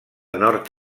nord